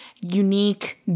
unique